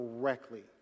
correctly